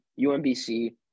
UMBC